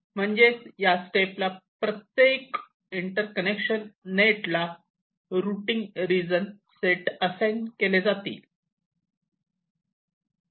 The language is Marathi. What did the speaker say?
म्हणजेच या स्टेपला प्रत्येक इंटर्कनेक्शन नेट ला रुटींग रिजन सेट असाइन केले जाते जातील